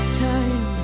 time